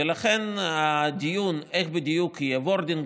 ולכן הדיון איך בדיוק יהיה wording,